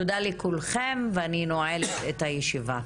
תודה לכולכם ואני נועלת את הישיבה.